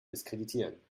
diskreditieren